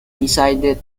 decided